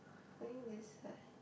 I think this side